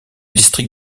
district